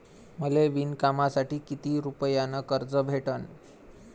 मले विणकामासाठी किती रुपयानं कर्ज भेटन?